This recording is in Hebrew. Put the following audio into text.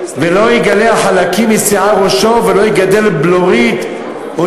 וכן לא יגלח חלקים משיער ראשו ולא יגדל בלורית או